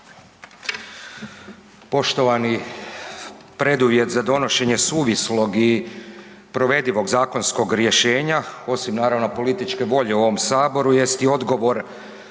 Poštovani. Preduvjet za donošenje suvislog i provedivog zakonskog rješenja, osim, naravno, političke volje u ovom Saboru